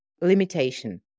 limitation